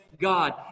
God